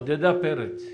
עודדה פרץ,